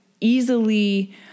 easily